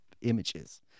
images